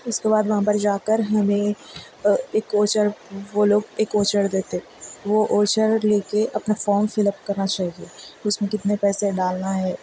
اس کے بعد وہاں پر جا کر ہمیں ایک واچر وہ لوگ ایک واچر دیتے وہ واچر لے کے اپنا فام فل اپ کرنا چاہیے اس میں کتنے پیسے ڈالنا ہے